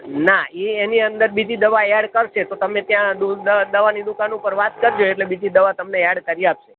ના એ એની અંદર બીજી દવા એડ કરશે તો તમે ત્યાં દવાની દુકાન ઉપર વાત કરજો એટલે બીજી દવા તમને એડ કરી આપશે